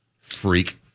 Freak